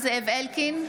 אינה נוכחת זאב אלקין,